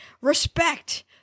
respect